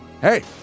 Hey